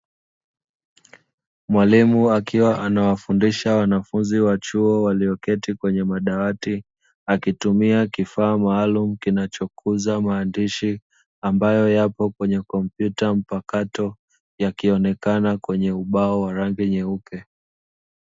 Mwalimu akiwa anawafundisha wanafunzi wa chuo walioketi kwenye madawati, akitumia kifaa maalumu kinachokuza maandishi, ambayo yapo kwenye kompyuta mpakato, yakionekana kwenye ubao wa rangi nyeupe.